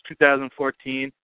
2014